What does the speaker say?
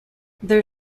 their